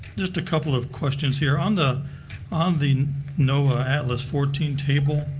just a couple of questions here on the um the know atlas, fourteen table.